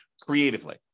creatively